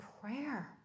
prayer